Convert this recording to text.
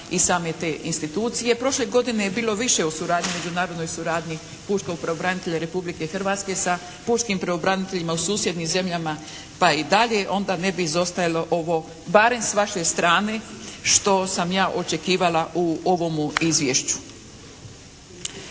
i same te institucije. Prošle godine je bilo više o suradnji, međunarodnoj suradnji pučkog pravobranitelja Republike Hrvatske sa pučkim pravobraniteljima u susjednim zemljama pa i dalje. Onda ne bi izostajalo ovo barem s vaše strane što sam ja očekivala u ovomu izvješću.